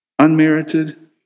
Unmerited